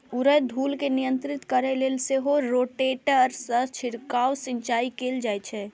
उड़ैत धूल कें नियंत्रित करै लेल सेहो रोटेटर सं छिड़काव सिंचाइ कैल जाइ छै